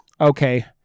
okay